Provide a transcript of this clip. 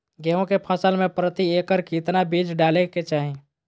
गेहूं के फसल में प्रति एकड़ कितना बीज डाले के चाहि?